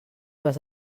vas